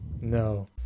No